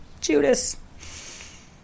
Judas